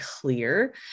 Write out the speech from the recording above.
clear